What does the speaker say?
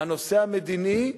מהנושא המדיני,